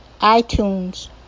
iTunes